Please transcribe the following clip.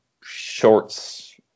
shorts